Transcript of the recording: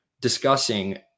discussing